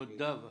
תודה.